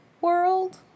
world